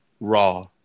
raw